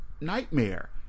nightmare